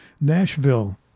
Nashville